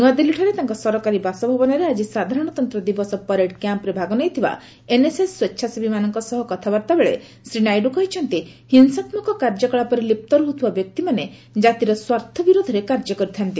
ନୂଆଦିଲ୍ଲୀରେ ତାଙ୍କ ସରକାରୀ ବାସଭବନରେ ଆକ୍କି ସାଧାରଣତନ୍ତ୍ର ଦିବସ ପରେଡ୍ କ୍ୟାମ୍ପ୍ରେ ଭାଗ ନେଇଥିବା ଏନ୍ଏସ୍ଏସ୍ ସ୍ୱଚ୍ଛାସେବୀମାନଙ୍କ ସହ କଥାବାର୍ତ୍ତା ବେଳେ ଶ୍ରୀ ନାଇଡ଼ୁ କହିଛନ୍ତି ହିଂସାତ୍ମକ କାର୍ଯ୍ୟକଳାପରେ ଲିପ୍ତ ରହୁଥିବା ବ୍ୟକ୍ତିମାନେ ଜାତିର ସ୍ୱାର୍ଥ ବିରୋଧରେ କାର୍ଯ୍ୟ କରୁଛନ୍ତି